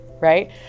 right